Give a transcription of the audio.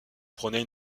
prônait